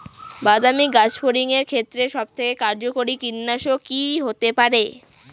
বাদামী গাছফড়িঙের ক্ষেত্রে সবথেকে কার্যকরী কীটনাশক কি হতে পারে?